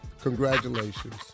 Congratulations